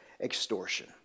extortion